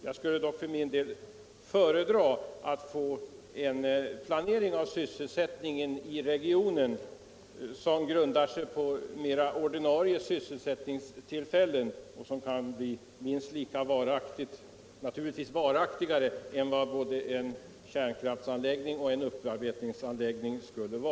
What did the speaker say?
Jag skulle dock för min del föredra att få en planering av sysselsättningen i regionen som grundar sig på mera av ordinarie sysselsättningstillfällen, vilka kan bli varaktigare än de som en kärnkraftsanläggning och en upparbetningsanläggning kan ge.